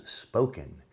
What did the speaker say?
spoken